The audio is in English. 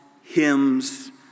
hymns